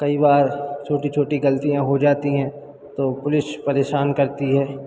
कई बार छोटी छोटी गलतियाँ हो जाती हैं तो पुलिश परेशान करती है